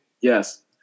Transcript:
Yes